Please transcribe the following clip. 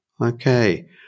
Okay